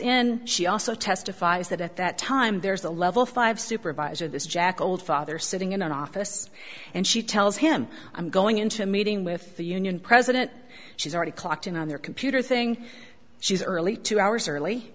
in she also testified is that at that time there's a level five supervisor this jack old father sitting in an office and she tells him i'm going into a meeting with the union president she's already clocked in on their computer thing she's early two hours early